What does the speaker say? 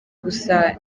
gusa